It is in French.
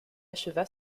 acheva